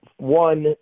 one